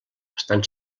estan